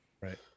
Right